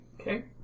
Okay